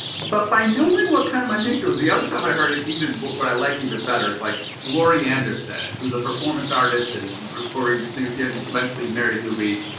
but by knowing what kind of my nature was, the other time i heard it even what what i liked even but better is like laurie anderson, who's a performance artist and recording singer, she had eventually married lou reed.